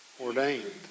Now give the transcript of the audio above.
ordained